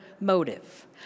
motive